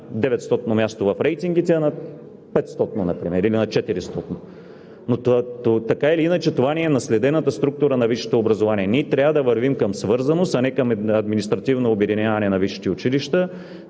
900-но място в рейтингите, а на 500-но например, или на 400-но, но така или иначе това ни е наследената структура на висшето образование. Ние трябва да вървим към свързаност, а не към административно обединяване на висшите училища.